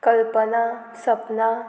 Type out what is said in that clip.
कल्पना सपना